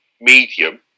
medium